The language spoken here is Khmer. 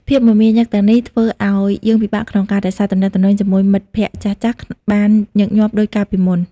ភាពមមាញឹកទាំងនេះធ្វើឱ្យយើងពិបាកក្នុងការរក្សាទំនាក់ទំនងជាមួយមិត្តភក្តិចាស់ៗបានញឹកញាប់ដូចកាលពីមុន។